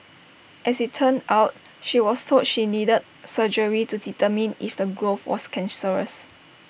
as IT turned out she was told she needed surgery to determine if the growth was cancerous